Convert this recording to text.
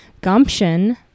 gumption